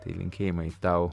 tai linkėjimai tau